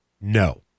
No